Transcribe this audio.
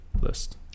list